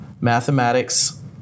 mathematics